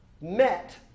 met